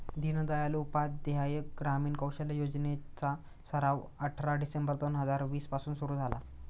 दीनदयाल उपाध्याय ग्रामीण कौशल्य योजने चा सराव अठरा डिसेंबर दोन हजार वीस पासून सुरू झाला